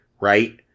right